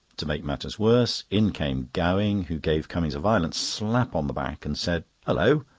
to make matters worse, in came gowing, who gave cummings a violent slap on the back, and said hulloh!